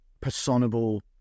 personable